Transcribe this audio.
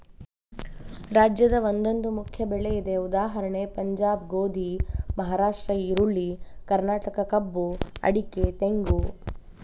ರಾಜ್ಯದ ಒಂದೊಂದು ಮುಖ್ಯ ಬೆಳೆ ಇದೆ ಉದಾ ಪಂಜಾಬ್ ಗೋಧಿ, ಮಹಾರಾಷ್ಟ್ರ ಈರುಳ್ಳಿ, ಕರ್ನಾಟಕ ಕಬ್ಬು ಅಡಿಕೆ ತೆಂಗು